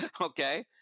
okay